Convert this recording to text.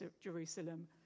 Jerusalem